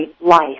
life